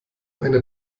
eine